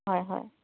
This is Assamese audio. হয় হয়